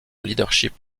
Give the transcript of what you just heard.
leadership